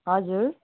हजुर